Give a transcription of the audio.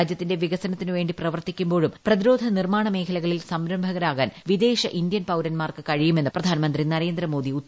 രാജ്യത്തിന്റെ വികസനത്തിനുവേണ്ടി പ്രവർത്തിക്കുമ്പോഴും പ്രതിരോധനിർമ്മാണ മേഖലകളിൽ സംരംഭകരാകാൻ വിദേശ ഇന്ത്യൻ പൌരന്മാർക്ക് കഴിയുമെന്ന് പ്രധാനമന്ത്രി പറഞ്ഞു